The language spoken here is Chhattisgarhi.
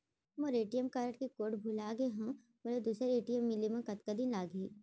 मोर ए.टी.एम कारड के कोड भुला गे हव, मोला दूसर ए.टी.एम मिले म कतका दिन लागही?